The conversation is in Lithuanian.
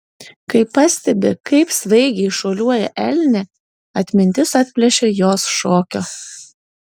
kai pastebi kaip svaigiai šuoliuoja elnė atmintis atplėšia jos šokio